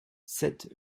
sept